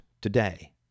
today